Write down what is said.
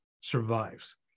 survives